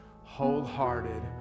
wholehearted